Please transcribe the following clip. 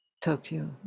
Tokyo